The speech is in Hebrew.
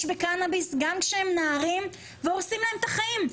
בקנאביס גם כשהם נערים והורסים להם את החיים.